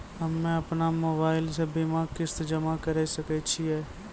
हम्मे अपन मोबाइल से बीमा किस्त जमा करें सकय छियै?